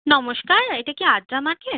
নমস্কার এটা কি আদ্রা মার্কেট